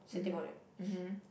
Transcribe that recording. mmhmm mmhmm